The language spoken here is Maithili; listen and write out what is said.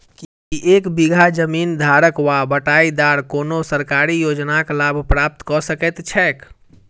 की एक बीघा जमीन धारक वा बटाईदार कोनों सरकारी योजनाक लाभ प्राप्त कऽ सकैत छैक?